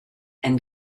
then